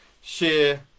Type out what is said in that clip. share